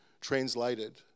translated